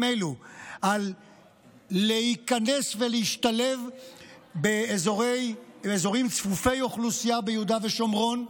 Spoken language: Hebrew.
אלו על להיכנס ולהשתלב באזורים צפופי אוכלוסייה ביהודה ושומרון,